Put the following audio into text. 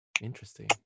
interesting